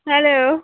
hello